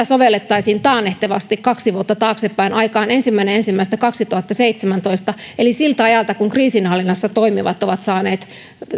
sovellettaisiin taannehtivasti kaksi vuotta taaksepäin aikaan ensimmäinen ensimmäistä kaksituhattaseitsemäntoista eli siltä ajalta kun kriisinhallinnassa toimivat ovat saaneet